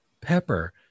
Pepper